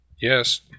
Yes